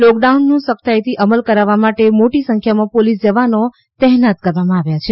લોકડાઉનનો સખ્તાઇથી અમલ કરાવવા માટે મોટી સંખ્યામાં પોલીસ જવાનો તહેનાત કરવામાં આવ્યા છે